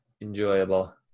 enjoyable